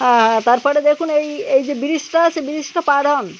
হ্যাঁ হ্যাঁ তারপরে দেখুন এই এই যে ব্রিজটা আছে ব্রিজটা পার হন